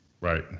Right